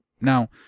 now